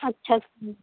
ਅੱਛਾ ਜੀ